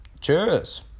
Cheers